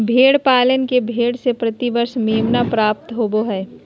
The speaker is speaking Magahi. भेड़ पालक के भेड़ से प्रति वर्ष मेमना प्राप्त होबो हइ